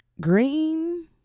green